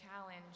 challenge